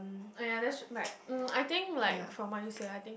uh ya that's right mm I think like from